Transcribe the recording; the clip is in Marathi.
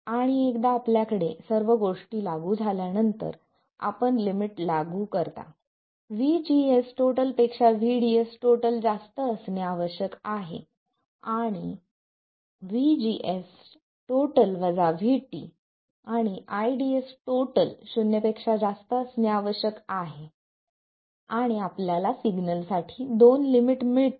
आणि एकदा आपल्याकडे सर्व गोष्टी लागू झाल्यानंतर आपण लिमिट लागू करता VGSपेक्षा VDS जास्त असणे आवश्यक आहे VGS VT आणि ID शून्यापेक्षा जास्त असणे आवश्यक आहे आणि आपल्याला सिग्नल साठी दोन लिमिट मिळतील